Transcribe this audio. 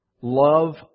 Love